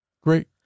great